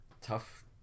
Tough